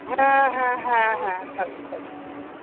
হ্যাঁ হ্যাঁ হ্যাঁ হ্যাঁ ভালো